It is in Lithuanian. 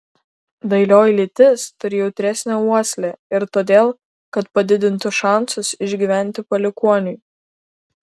dailioji lytis turi jautresnę uoslę ir todėl kad padidintų šansus išgyventi palikuoniui